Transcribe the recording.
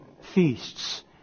feasts